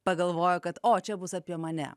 pagalvojo kad o čia bus apie mane